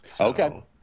Okay